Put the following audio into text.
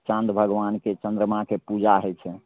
चाँद भगवानके चन्द्रमाके पूजा होइ छै